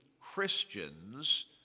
Christians